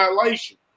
violation